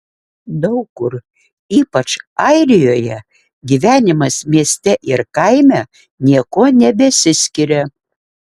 daug kur ypač airijoje gyvenimas mieste ir kaime niekuo nebesiskiria